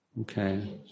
Okay